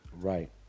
right